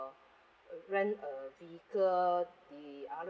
rent a vehicle the other